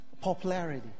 popularity